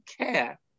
care